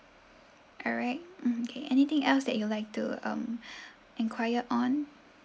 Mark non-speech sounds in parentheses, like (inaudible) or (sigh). alright okay anything else that you'd like to um (breath) enquire on